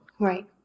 Right